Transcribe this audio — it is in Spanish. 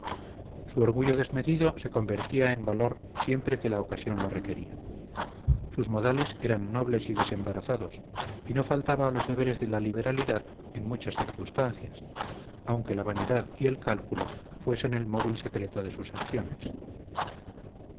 su orgullo desmedido se convertía en valor siempre que la ocasión lo requería sus modales eran nobles y desembarazados y no faltaba a los deberes de la liberalidad en muchas circunstancias aunque la vanidad y el cálculo fuesen el móvil secreto de sus acciones